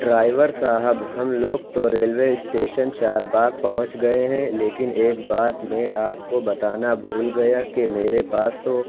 driver صاحب ہم لوگ تو ریلوے اسٹیشن چار باغ پہنچ گیے ہیں لیکن ایک بات میں آپ کو بتانا بھول گیا کہ میرے پاس تو